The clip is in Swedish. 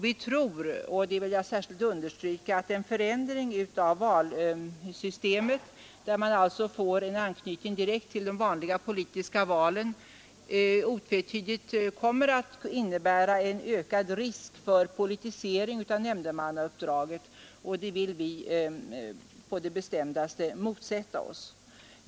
Vi tror — och det vill jag särskilt understryka — att en förändring av valsystemet, där man alltså får en anknytning direkt till de vanliga politiska valen, otvetydigt kommer att innebära en ökad risk för politisering av nämndemannauppdraget. Detta vill vi på det bestämdaste motsätta oss.